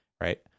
right